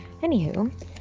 Anywho